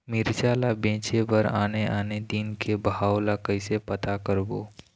मिरचा ला बेचे बर आने आने दिन के भाव ला कइसे पता करबो?